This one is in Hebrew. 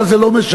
אבל זה לא משנה,